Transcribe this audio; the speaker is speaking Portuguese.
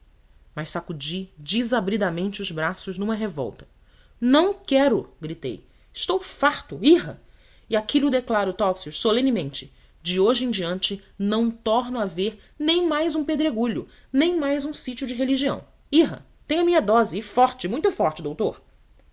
mas sacudi desabridamente os braços numa revolta não quero gritei estou farto irra e aqui lho declaro topsius solenemente de hoje em diante não torno a ver nem mais um pedregulho nem mais um sítio de religião irra tenho a minha dose e forte muito forte doutor